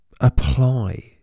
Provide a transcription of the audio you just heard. apply